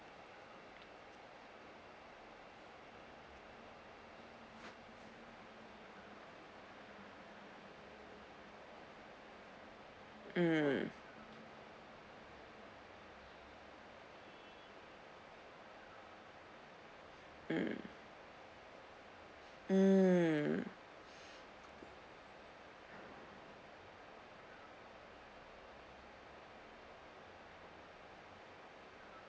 mm mm mm